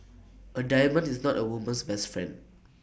A diamond is not A woman's best friend